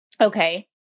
Okay